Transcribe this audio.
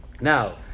Now